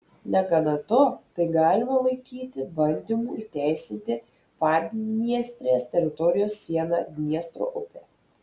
negana to tai galima laikyti bandymu įteisinti padniestrės teritorijos sieną dniestro upe